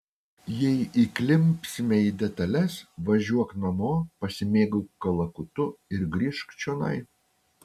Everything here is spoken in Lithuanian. jei įklimpsime į detales važiuok namo pasimėgauk kalakutu ir grįžk čionai